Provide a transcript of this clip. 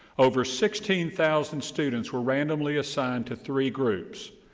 over sixteen thousand students were rab comely assigned to three groups,